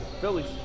Phillies